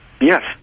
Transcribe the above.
Yes